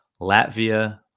Latvia